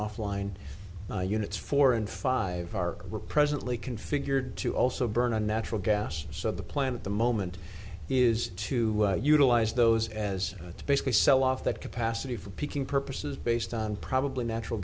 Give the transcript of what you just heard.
offline units four and five are we're presently configured to also burn a natural gas so the plan at the moment is to utilize those as to basically sell off that capacity for peaking purposes based on probably natural